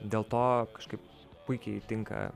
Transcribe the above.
dėl to kažkaip puikiai tinka